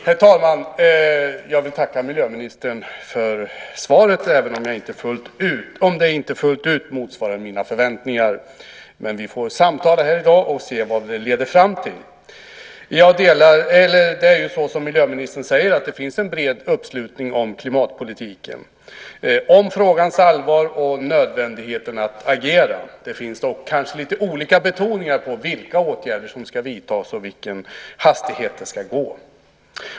Herr talman! Jag vill tacka miljöministern för svaret även om det inte fullt ut motsvarar mina förväntningar. Men vi får samtala här i dag och se vad det leder fram till. Som miljöministern säger finns det en bred uppslutning kring klimatpolitiken, om frågans allvar och nödvändigheten att agera. Det finns dock kanske lite olika betoningar på vilka åtgärder som ska vidtas och med vilken hastighet detta ska ske.